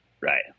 Right